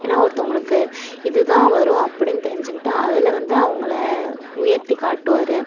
ஏன்னா ஒருத்தவங்களுக்கு இதுதான் வரும் அப்படின்னு தெரிஞ்சுக்கிட்டு அதில் வந்து அவங்கள உயர்த்திக் காட்டுவார்